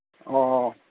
ꯑꯣ